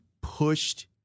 pushed